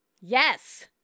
yes